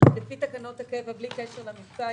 לפי תקנות הקבע, בלי קשר למבצע.